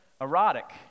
erotic